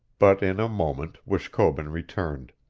but in a moment wishkobun returned.